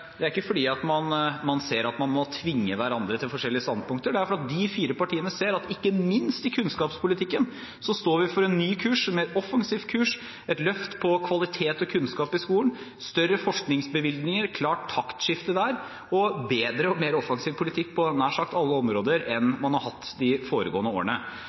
man må tvinge hverandre til forskjellige standpunkter. Det er fordi de fire partiene ser at vi ikke minst i kunnskapspolitikken står for en ny og mer offensiv kurs: et løft på kvalitet og kunnskap i skolen, større forskningsbevilgninger – et klart taktskifte der – og en bedre og mer offensiv politikk på nær sagt alle områder enn man har hatt de foregående årene.